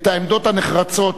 את העמדות הנחרצות